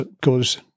goes